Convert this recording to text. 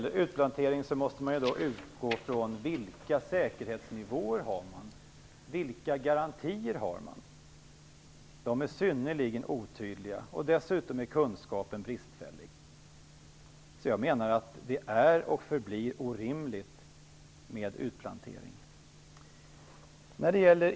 Fru talman! När det gäller utplantering måste man utgå från vilka säkerhetsnivåer och vilka garantier man har. De är synnerligen otydliga, och dessutom är kunskapen bristfällig. Jag menar alltså att det är och förblir orimligt med utplantering.